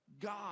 God